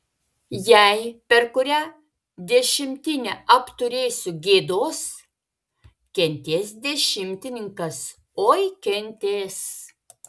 jei per kurią dešimtinę apturėsiu gėdos kentės dešimtininkas oi kentės